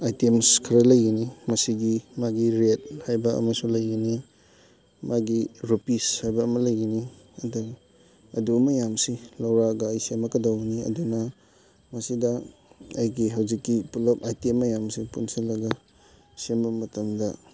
items ꯈꯔ ꯂꯩꯒꯅꯤ ꯃꯁꯤꯒꯤ ꯃꯥꯒꯤ ꯔꯦꯠ ꯍꯥꯏꯕ ꯑꯃꯁꯨ ꯂꯩꯒꯅꯤ ꯃꯥꯒꯤ ꯔꯨꯄꯤꯁ ꯍꯥꯏꯕ ꯑꯃ ꯂꯩꯒꯅꯤ ꯑꯗꯒꯤ ꯑꯗꯨ ꯃꯌꯥꯝꯁꯦ ꯂꯧꯔꯛꯑꯒ ꯑꯩ ꯁꯦꯝꯃꯛꯀꯗꯧꯕꯅꯤ ꯑꯗꯨꯅ ꯃꯁꯤꯗ ꯑꯩꯒꯤ ꯍꯧꯖꯤꯛꯀꯤ ꯄꯨꯂꯞ ꯑꯥꯏꯇꯦꯝ ꯃꯌꯥꯝꯁꯦ ꯄꯨꯟꯁꯤꯜꯂꯒ ꯁꯦꯝꯕ ꯃꯇꯝꯗ